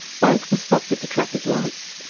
both were stopped at the traffic lights,